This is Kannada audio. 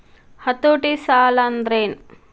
ಹತೋಟಿ ಸಾಲಾಂದ್ರೆನ್?